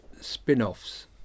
spin-offs